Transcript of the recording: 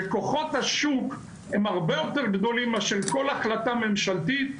וכוחות השוק הם הרבה יותר גדולים מאשר כל החלטה ממשלתית.